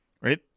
Right